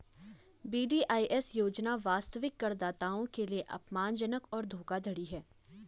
VDIS योजना वास्तविक करदाताओं के लिए अपमानजनक और धोखाधड़ी है